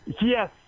Yes